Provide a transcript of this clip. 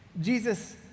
Jesus